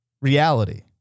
reality